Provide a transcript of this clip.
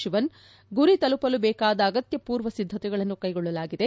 ಶಿವನ್ ಗುರಿ ತಲುಪಲು ಬೇಕಾದ ಅಗತ್ವ ಪೂರ್ವ ಸಿದ್ದತೆಗಳನ್ನು ಕೈಗೊಳ್ಳಲಾಗಿದೆ